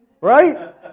right